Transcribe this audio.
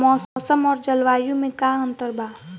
मौसम और जलवायु में का अंतर बा?